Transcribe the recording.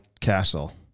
Castle